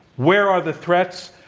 where are the threats?